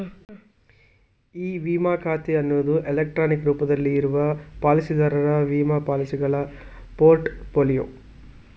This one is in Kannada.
ಇ ವಿಮಾ ಖಾತೆ ಅನ್ನುದು ಎಲೆಕ್ಟ್ರಾನಿಕ್ ರೂಪದಲ್ಲಿ ಇರುವ ಪಾಲಿಸಿದಾರರ ವಿಮಾ ಪಾಲಿಸಿಗಳ ಪೋರ್ಟ್ ಫೋಲಿಯೊ